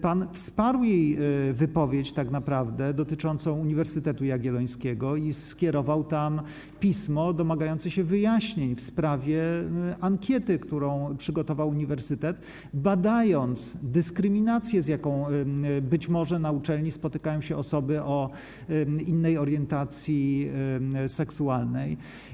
Pan jednak wsparł jej wypowiedź tak naprawdę dotyczącą Uniwersytetu Jagiellońskiego i skierował tam pismo domagające się wyjaśnień w sprawie ankiety, którą przygotował uniwersytet, badając dyskryminację, z jaką być może na uczelni spotykają się osoby o innej orientacji seksualnej.